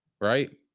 Right